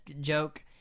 joke